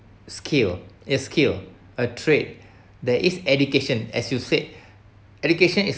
skill is skill a trade there is education as you said education is